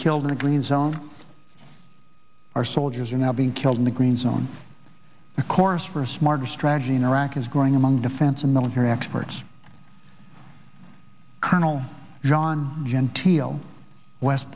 killed in a green zone our soldiers are now being killed in the green zone of course for a smarter strategy in iraq is growing among defense and military experts colonel john genteel west